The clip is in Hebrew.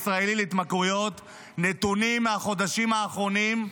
נתונים מהחודשים האחרונים,